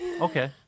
okay